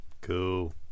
Cool